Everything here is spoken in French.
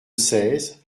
seize